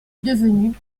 devenue